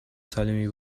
سالمی